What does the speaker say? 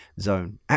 Zone